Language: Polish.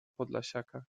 podlasiaka